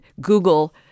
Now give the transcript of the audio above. Google